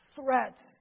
threats